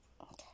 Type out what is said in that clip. Okay